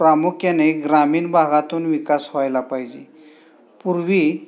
प्रामुख्याने ग्रामीण भागातून विकास व्हायला पाहिजे पूर्वी